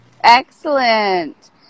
Excellent